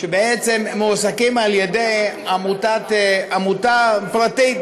שבעצם מועסקים על-ידי עמותה פרטית,